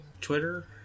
Twitter